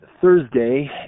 Thursday